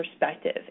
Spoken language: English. perspective